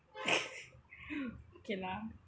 okay lah